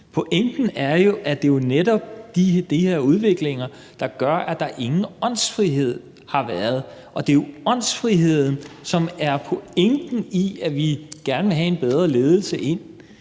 Pointen er jo, at det netop er den her udvikling, der gør, at der ingen åndsfrihed har været, og det er jo åndsfriheden, som er pointen i, at vi gerne vil have en bedre ledelse ind.